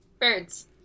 Birds